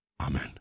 Amen